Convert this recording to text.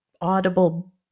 audible